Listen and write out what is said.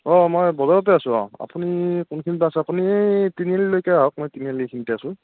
অ' মই বজাৰতে আছোঁ অ' আপুনি কোনখিনিত বা আছে আপুনি এই তিনিআলিলৈকে আহক মই তিনিআলি এইখিনিতে আছোঁ